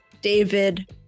David